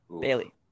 Bailey